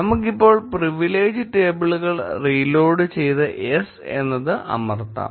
നമുക്ക് ഇപ്പോൾ പ്രിവിലേജ് ടേബിളുകൾ റീലോഡ് ചെയ്ത് yes എന്നത് അമർത്താം